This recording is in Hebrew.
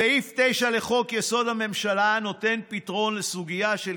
סעיף 9 לחוק-יסוד: הממשלה נותן פתרון לסוגיה של